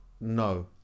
No